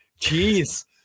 Jeez